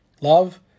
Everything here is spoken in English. love